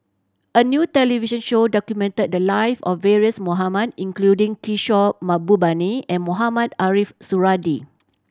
a new television show documented the live of various Mohamed including Kishore Mahbubani and Mohamed Ariff Suradi